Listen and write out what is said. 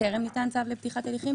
בטרם ניתן צו לפתיחת הליכים,